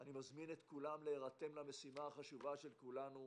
אני מזמין את כולם להירתם למשימה החשובה של כולנו,